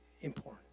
important